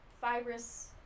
fibrous